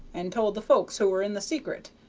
and told the folks who were in the secret,